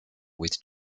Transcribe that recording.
with